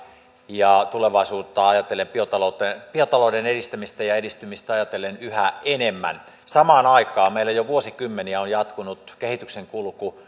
ja tulevaisuutta ajatellen biotalouden biotalouden edistämistä ja edistymistä ajatellen yhä enemmän samaan aikaan meillä jo vuosikymmeniä on on jatkunut kehityksen kulku